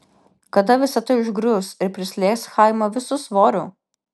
kada visa tai užgrius ir prislėgs chaimą visu svoriu